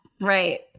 Right